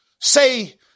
say